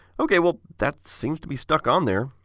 ok, well, that seems to be stuck on there.